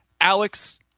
Alex